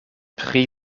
pri